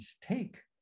take